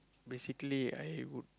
basically I would